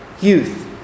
youth